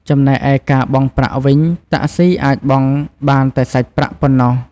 ចំណែកឯការបង់ប្រាក់វិញ តាក់ស៊ីអាចបង់បានតែសាច់ប្រាក់ប៉ុណ្ណោះ។